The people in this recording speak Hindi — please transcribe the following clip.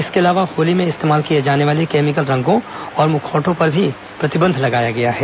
इसके अलावा होली में इस्तेमाल किए जाने वाले केमिकल रंगों और मुखौटों पर भी प्रतिबंध लगाया गया है